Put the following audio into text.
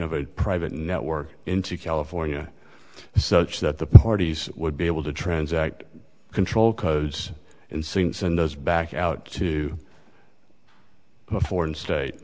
of a private network into california such that the parties would be able to transact control codes and sings and goes back out to a foreign state